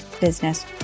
business